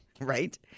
Right